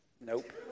Nope